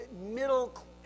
middle